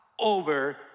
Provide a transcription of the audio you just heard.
over